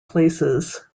places